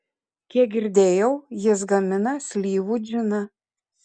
kiek girdėjau jis gamina slyvų džiną